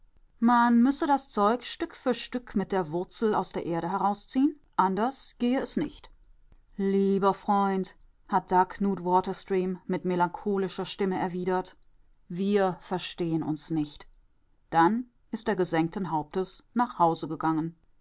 man müsse das zeug stück für stück mit der wurzel aus der erde herausziehen anders gehe es nicht lieber freund hat da knut waterstream mit melancholischer stimme erwidert wir verstehen uns nicht dann ist er gesenkten hauptes nach hause gegangen